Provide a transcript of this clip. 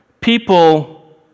People